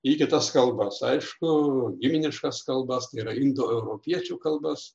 į kitas kalbas aišku giminiškas kalbas tai yra indoeuropiečių kalbas